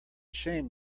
shame